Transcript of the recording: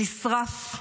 נשרף,